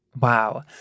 Wow